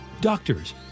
Doctors